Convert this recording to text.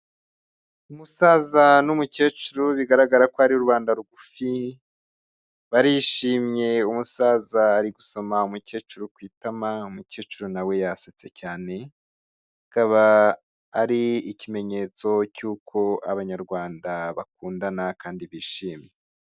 Umusaza n'umukecuru bigaragara ko ari rubanda rugufi, barishimye umusaza ari gusoma umukecuru ku itama, umukecuru na we yasetse cyane, akaba ari ikimenyetso cy'uko abanyarwanda bakundana kandi bishimye.